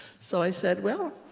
so i said, well,